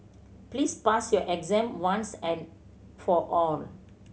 please pass your exam once and for all